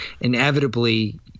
inevitably